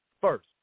first